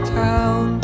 town